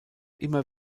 immer